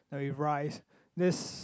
ya with rice that's